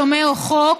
שומר חוק,